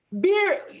beer